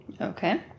Okay